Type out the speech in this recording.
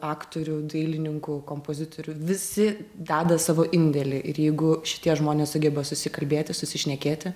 aktorių dailininkų kompozitorių visi deda savo indėlį ir jeigu šitie žmonės sugeba susikalbėti susišnekėti